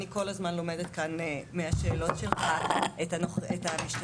אני כל הזמן לומדת כאן מהשאלות שלך את המשתתפים,